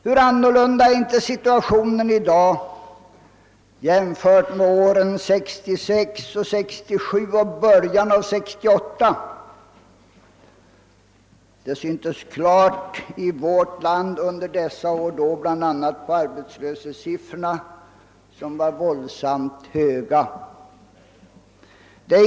Hur annorlunda ter sig inte situationen i dag jämfört med åren 1966 och 1967 och med början av år 1968! Det syntes klart i vårt land under dessa år bl.a. då arbetslöshetssiffrorna var våldsamt höga.